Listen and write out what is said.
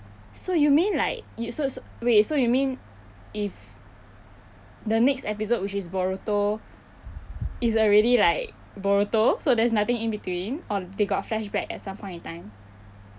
so you mean like you so so wait so you mean if the next episode which is boruto is already like boruto so there is nothing in between or they got flashback at some point in time